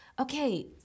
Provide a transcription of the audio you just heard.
Okay